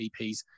EPs